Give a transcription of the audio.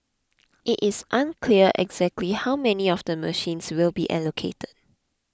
it is unclear exactly how many of the machines will be allocated